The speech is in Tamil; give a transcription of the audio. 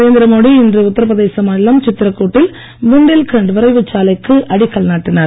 நரேந்திர மோடி இன்று உத்தரப்பிரதேச மாநிலம் சித்திரகூட் டில் புண்டேல்கண்ட் விரைவுச் சாலைக்கு அடிக்கல் நாட்டினார்